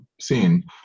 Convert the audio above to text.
seen